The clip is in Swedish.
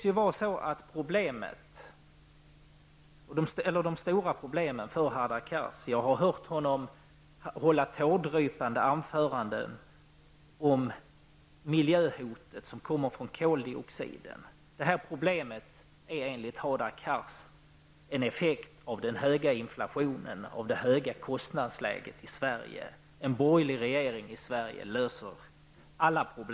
Jag har hört Hadar Cars tårdrypande anföranden om det miljöhot som kommer från koldioxiden. Detta problem är enligt Hadar Cars en effekt av den höga inflationen och det höga kostnadsläget i Sverige. En borgerlig regering i Sverige skulle lösa alla problem.